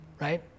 right